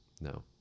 no